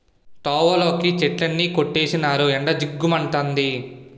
తోవలోని చెట్లన్నీ కొట్టీసినారు ఎండ జిగ్గు మంతంది